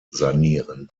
sanieren